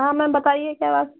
है ना बताइए सर